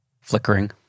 Flickering